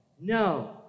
No